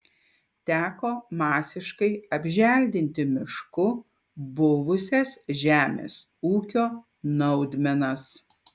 teko masiškai apželdinti mišku buvusias žemės ūkio naudmenas